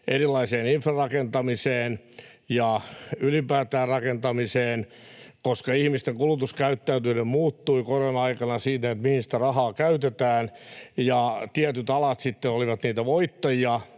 erilaiseen infrarakentamiseen ja ylipäätään rakentamiseen, koska ihmisten kulutuskäyttäytyminen muuttui korona-aikana siinä, mihin sitä rahaa käytetään, niin tietyt alat olivat sitten niitä voittajia.